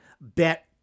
bet